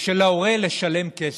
של ההורה לשלם כסף?